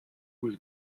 was